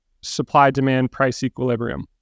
supply-demand-price-equilibrium